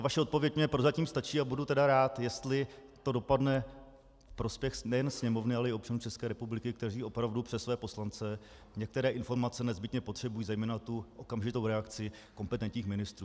Vaše odpověď mi prozatím stačí a budu tedy rád, jestli to dopadne ve prospěch nejen Sněmovny, ale i občanů České republiky, kteří opravdu přes své poslance některé informace nezbytně potřebují, zejména tu okamžitou reakci kompetentních ministrů.